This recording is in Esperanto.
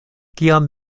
kiam